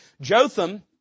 Jotham